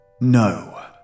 No